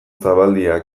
zabaldia